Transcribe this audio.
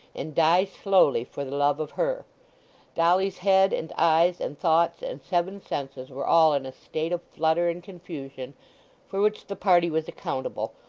and die slowly for the love of her dolly's head, and eyes, and thoughts, and seven senses, were all in a state of flutter and confusion for which the party was accountable,